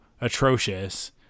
atrocious